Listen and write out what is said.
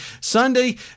Sunday